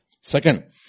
Second